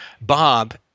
Bob